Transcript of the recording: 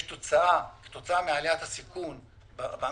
יש תוצאה כתוצאה מעליית הסיכון המשקי,